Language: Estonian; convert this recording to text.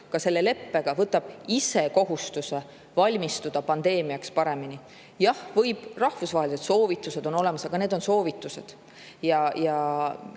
selle leppega võtab kohustuse valmistuda ise pandeemiaks paremini. Jah, rahvusvahelised soovitused on olemas, aga need on soovitused ja